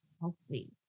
healthy